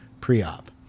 pre-op